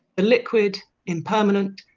the liquid, impermanent,